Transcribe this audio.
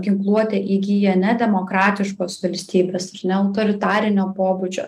ginkluotę įgyja nedemokratiškos valstybės ar ne autoritarinio pobūdžio